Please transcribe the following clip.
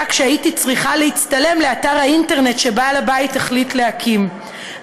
כשהייתי צריכה להצטלם לאתר האינטרנט שבעל הבית החליט להקים.